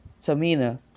Tamina